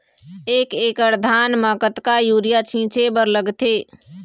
एक एकड़ धान म कतका यूरिया छींचे बर लगथे?